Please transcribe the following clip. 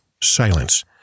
silence